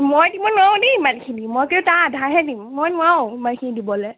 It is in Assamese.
মই দিব নোৱাৰোঁ দেই ইমানখিনি মই কিন্তু তাৰ আধাহে দিম মই নোৱাৰোঁ ইমানখিনি দিবলৈ